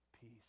peace